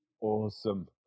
Awesome